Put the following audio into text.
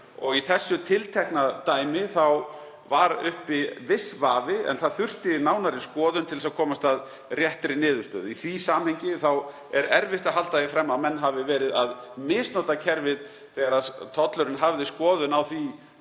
Í þessu tiltekna dæmi var uppi viss vafi en nánari skoðun þurfti til að komast að réttri niðurstöðu. Í því samhengi er erfitt að halda fram að menn hafi verið að misnota kerfið þegar tollurinn hafði skoðun á því